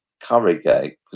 Currygate